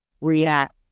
react